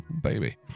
Baby